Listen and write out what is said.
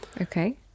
Okay